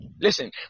Listen